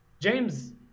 James